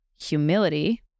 humility